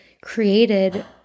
created